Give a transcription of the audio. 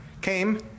came